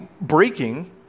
breaking